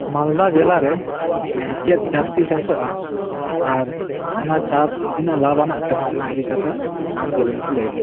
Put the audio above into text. ᱢᱟᱞᱫᱟ ᱡᱮᱞᱟ ᱨᱮ ᱪᱮᱫ ᱡᱟᱹᱥᱛᱤ ᱪᱟᱥᱚᱜᱼᱟ ᱟᱨ ᱚᱱᱟ ᱪᱟᱥ ᱛᱤᱱᱟᱹᱜ ᱞᱟᱵᱷ ᱟᱱᱟᱜ ᱠᱟᱱᱟ ᱚᱱᱟ ᱤᱫᱤ ᱠᱟᱛᱮ ᱟᱢ ᱡᱮᱞᱮᱧ ᱛᱮ ᱞᱟᱹᱭ ᱢᱮ